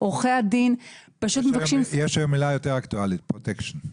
יש היום מילה יותר אקטואלית פרוטקשן.